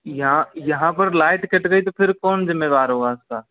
यहाँ यहाँ पर लाइट कट गई तो फिर कौन ज़िम्मेदार होगा उसका